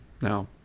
Now